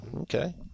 okay